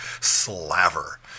slaver